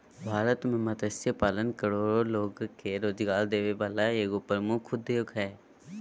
भारत में मत्स्य पालन करोड़ो लोग के रोजगार देबे वला एगो प्रमुख उद्योग हइ